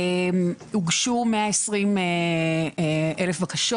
הוגשו 120,000 בקשות.